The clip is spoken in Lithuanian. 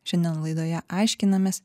šiandien laidoje aiškinamės